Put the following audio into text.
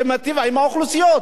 שמיטיבה עם האוכלוסיות.